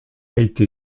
été